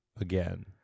again